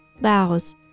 bows